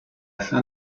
fin